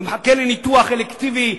הוא מחכה לניתוח אלקטיבי,